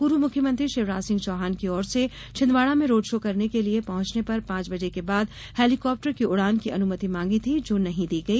पूर्व मुख्यमंत्री शिवराज सिंह चौहान की ओर से छिंदवाड़ा में रोड शो करने के लिए पहुंचने पर पांच बजे के बाद हेलिकॉप्टर की उड़ान की अनुमति मांगी थी जो नहीं दी गई